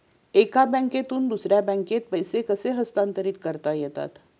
एका बँकेतून दुसऱ्या बँकेत पैसे कसे हस्तांतरित करता येतात?